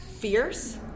Fierce